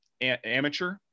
amateur